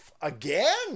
again